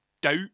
doubt